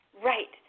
Right